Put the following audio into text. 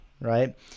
right